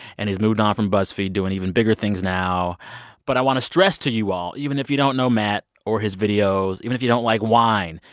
and he's moved on from buzzfeed, doing even bigger things now but i want to stress to you all, even if you don't know matt or his videos, even if you don't like wine,